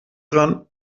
dran